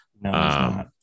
No